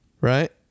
Right